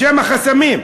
בשם החסמים.